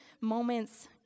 moments